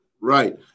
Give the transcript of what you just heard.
Right